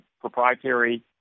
proprietary